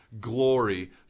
glory